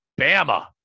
Bama